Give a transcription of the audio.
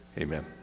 Amen